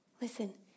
Listen